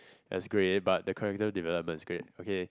as great but the character development is great okay